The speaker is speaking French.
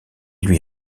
lui